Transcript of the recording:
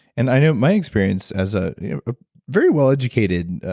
and i know my experience as a very well educated.